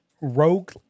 rogue